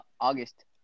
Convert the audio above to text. August